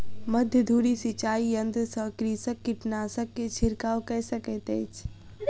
मध्य धूरी सिचाई यंत्र सॅ कृषक कीटनाशक के छिड़काव कय सकैत अछि